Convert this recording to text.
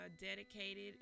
dedicated